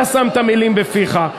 אתה שמת מילים בפיך.